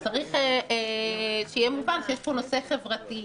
צריך שיהיה מובן שיש פה נושא חברתי,